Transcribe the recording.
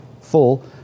full